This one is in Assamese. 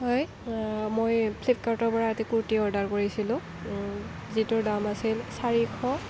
হয় মই ফ্লীপকাৰ্টৰপৰা এটি কুৰ্তী অৰ্ডাৰ কৰিছিলোঁ যিটোৰ দাম আছিল চাৰিশ